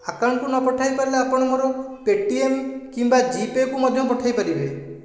ଆକାଉଣ୍ଟକୁ ନ ପଠାଇ ପାରିଲେ ଆପଣ ମୋର ପେଟିଏମ୍ କିମ୍ବା ଜିପେକୁ ମଧ୍ୟ ପଠାଇପାରିବେ